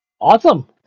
Awesome